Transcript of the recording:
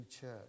church